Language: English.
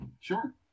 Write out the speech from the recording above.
Sure